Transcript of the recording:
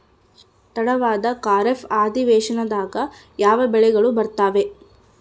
ತಡವಾದ ಖಾರೇಫ್ ಅಧಿವೇಶನದಾಗ ಯಾವ ಬೆಳೆಗಳು ಬರ್ತಾವೆ?